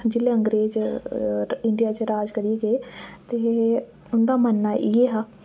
जिल्लै अंग्रेज इंडिया च राज करियै गे ते उंदा मनना इयै हा